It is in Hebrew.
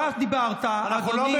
אדוני,